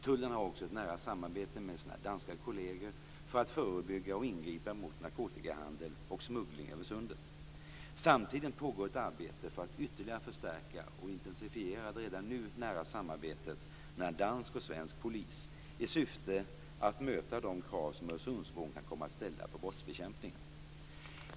Tullen har också ett nära samarbete med sina danska kolleger för att förebygga och ingripa mot narkotikahandel och smuggling över sundet. Samtidigt pågår ett arbete för att ytterligare förstärka och intensifiera det redan nu nära samarbetet mellan dansk och svensk polis, i syfte att möta de krav som Öresundsbron kan komma att ställa på brottsbekämpningen.